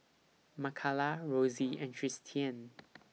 Makala Rosy and Tristian